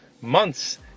months